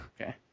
Okay